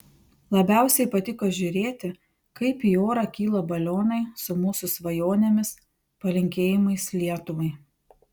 labiausiai patiko žiūrėti kaip į orą kyla balionai su mūsų svajonėmis palinkėjimais lietuvai